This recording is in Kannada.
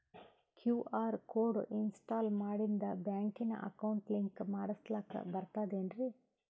ಕ್ಯೂ.ಆರ್ ಕೋಡ್ ಇನ್ಸ್ಟಾಲ ಮಾಡಿಂದ ಬ್ಯಾಂಕಿನ ಅಕೌಂಟ್ ಲಿಂಕ ಮಾಡಸ್ಲಾಕ ಬರ್ತದೇನ್ರಿ